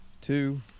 two